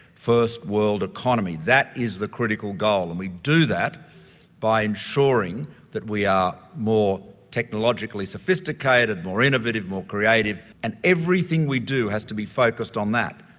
first world economy. that is the critical goal. and we do that by ensuring that we are more technologically sophisticated, more innovative, more creative and everything we do has to be focused on that.